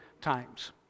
times